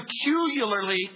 peculiarly